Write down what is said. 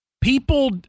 people